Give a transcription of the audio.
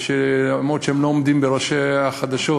למרות שהם לא עומדים בראש החדשות,